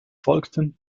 folgten